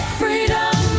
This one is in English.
freedom